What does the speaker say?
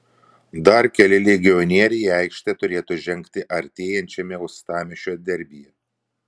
dar keli legionieriai į aikštę turėtų žengti artėjančiame uostamiesčio derbyje